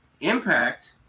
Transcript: Impact